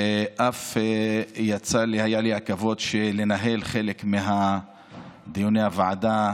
ואף היה לי הכבוד לנהל חלק מדיוני הוועדה,